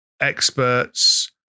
experts